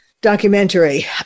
documentary